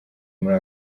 muri